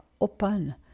Open